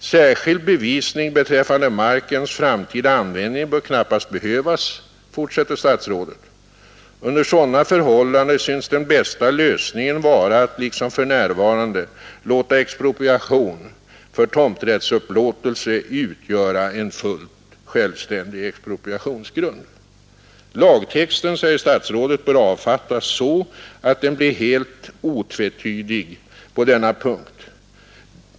Särskild bevisning beträffande markens framtida användning bör knappast behövas, fortsätter statsrådet. Under sådana förhållanden synes den bästa lösningen vara att liksom för närvarande låta expropriation för tomrättsupplåtelse utgöra en fullt självständig expropriationsgrund. Lagtexten, säger statsrådet, bör avfattas så att den blir helt otvetydig på denna punkt.